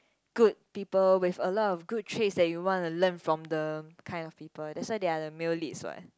good people with a lot of good traits that you want to learn from them kind of people that's why they are the male leads what